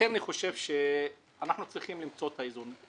לכן אני חושב שאנחנו צריכים למצוא את האיזון.